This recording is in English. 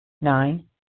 Nine